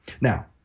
Now